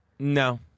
No